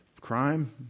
crime